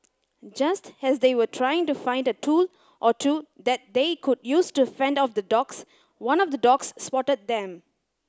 just as they were trying to find a tool or two that they could use to fend off the dogs one of the dogs spotted them